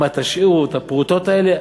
מה, תשאירו את הפרוטות האלה?